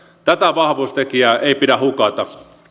tätä vahvuustekijää ei pidä hukata